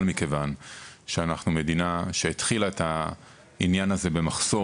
אבל מכיוון שאנחנו מדינה שהתחילה את העניין הזה במחסור